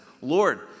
Lord